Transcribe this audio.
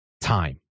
time